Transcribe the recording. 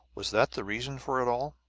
was that the reason for it all?